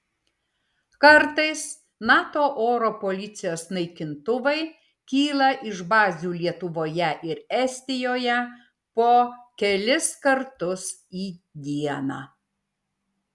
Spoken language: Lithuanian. kartais nato oro policijos naikintuvai kyla iš bazių lietuvoje ir estijoje po kelis kartus į dieną